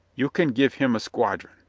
you can give him a squadron.